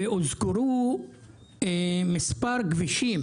ואוזכרו מספר כבישים